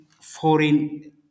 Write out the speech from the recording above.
foreign